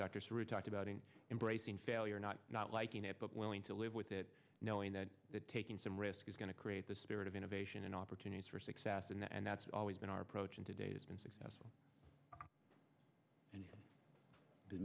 doctors are a talked about in embracing failure not not liking it but willing to live with it knowing that the taking some risk is going to create the spirit of innovation and opportunities for success in that and that's always been our approach in today's been successful and